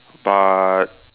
but